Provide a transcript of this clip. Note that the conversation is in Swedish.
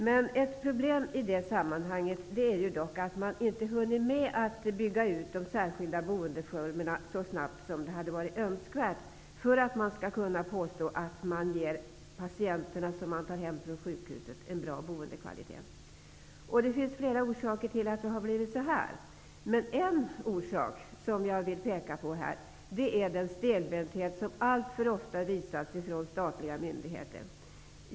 Men ett problem i sammanhanget är dock att man inte har hunnit med att bygga ut de särskilda boendeformerna så snabbt som hade varit önskvärt för att man skulle kunna påstå att man ger patienterna, som tas hem från sjukhusen, en bra boendekvalitet. Det finns flera orsaker till att det har blivit så här. En orsak som jag vill peka på är den stelbenthet som alltför ofta visas från statliga myndigheters håll.